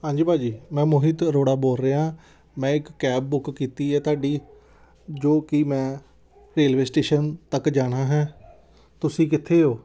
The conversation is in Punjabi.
ਹਾਂਜੀ ਭਾਅ ਜੀ ਮੈਂ ਮੋਹਿਤ ਅਰੋੜਾ ਬੋਲ ਰਿਹਾਂ ਮੈਂ ਇੱਕ ਕੈਬ ਬੁੱਕ ਕੀਤੀ ਹੈ ਤੁਹਾਡੀ ਜੋ ਕਿ ਮੈਂ ਰੇਲਵੇ ਸਟੇਸ਼ਨ ਤੱਕ ਜਾਣਾ ਹੈ ਤੁਸੀਂ ਕਿੱਥੇ ਹੋ